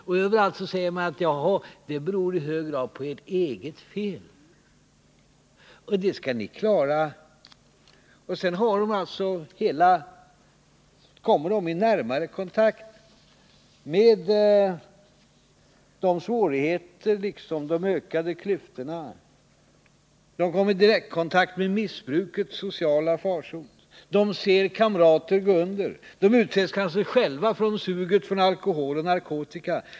Och överallt säger man: ”Det är i hög grad ert eget fel, och det skall ni klara av.” Sedan kommer ungdomarna i närmare kontakt med dessa svårigheter liksom med de ökade klyftorna. De kommer i direktkontakt med missbrukets sociala farsot. De ser kamrater gå under. De utsätts kanske själva för suget från alkohol och narkotika.